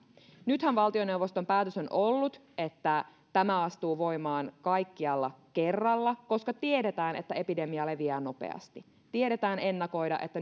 nythän valtioneuvoston päätös on ollut että tämä astuu voimaan kaikkialla kerralla koska tiedetään että epidemia leviää nopeasti tiedetään ennakoida että